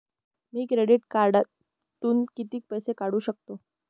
मी credit कार्डातून किती पैसे काढू शकतो?